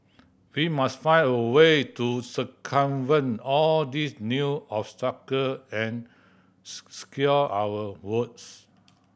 we must find a way to circumvent all these new obstacle and secure our votes